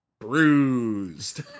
bruised